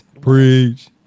Preach